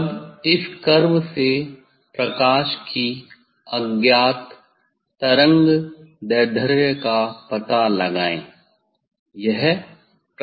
तब इस कर्व से प्रकाश की अज्ञात तरंगदैर्ध्य का पता लगाएं यह प्रयोग है